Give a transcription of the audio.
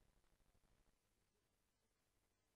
ולכן